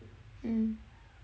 mm